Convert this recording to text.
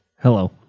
Hello